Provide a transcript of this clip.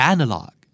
Analog